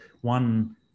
one